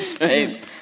right